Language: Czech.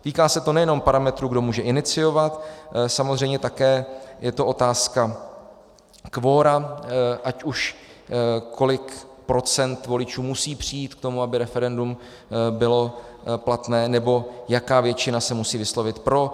Týká se to nejenom parametru, kdo může iniciovat, samozřejmě také je to otázka kvora, ať už kolik procent voličů musí přijít k tomu, aby referendum bylo platné, nebo jaká většina se musí vyslovit pro.